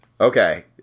Okay